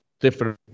different